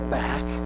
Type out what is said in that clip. back